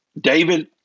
David